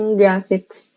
graphics